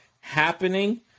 happening